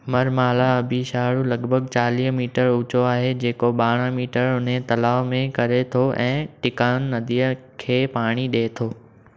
मरमाला आबिशारु लॻिभॻि चालीह मीटर ऊचो आहे जेको बारहं मीटर उन्हे तलाउ में करे थो ऐं टीकॉन नदीअ खे पाणी ॾिए थो